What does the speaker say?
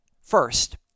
First